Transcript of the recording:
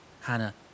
Hannah